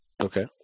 Okay